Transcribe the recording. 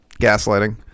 Gaslighting